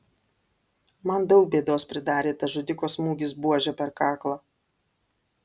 man daug bėdos pridarė tas žudiko smūgis buože per kaklą